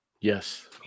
Yes